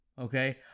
Okay